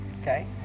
Okay